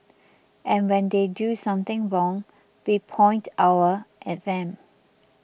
and when they do something wrong we point our at them